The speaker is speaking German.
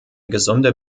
gesunde